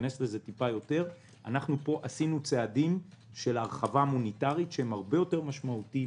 שעשינו צעדים של הרחבה מוניטרית שהם הרבה יותר משמעותיים